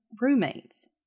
roommates